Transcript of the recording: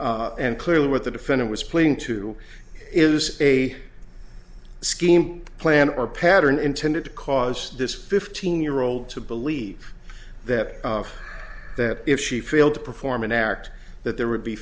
and clearly what the defendant was playing to is a scheme plan or pattern intended to cause this fifteen year old to believe that that if she failed to perform an act that there would be